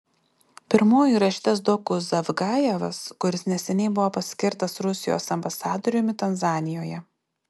pirmuoju įrašytas doku zavgajevas kuris neseniai buvo paskirtas rusijos ambasadoriumi tanzanijoje